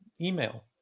email